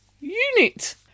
Unit